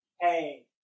Hey